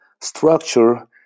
structure